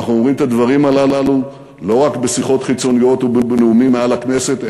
אנחנו אומרים את הדברים הללו לא רק בשיחות חיצוניות ובנאומים בכנסת.